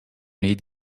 need